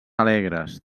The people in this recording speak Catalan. alegres